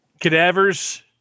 cadavers